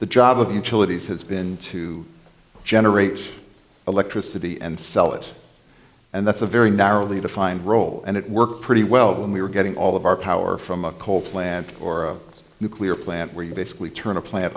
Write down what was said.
the job of utility is has been to generate electricity and sell it and that's a very narrowly defined role and it worked pretty well when we were getting all of our power from a coal plant or a nuclear plant where you basically turn a plant